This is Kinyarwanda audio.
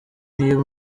niyo